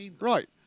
Right